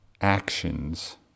actions